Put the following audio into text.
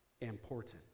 important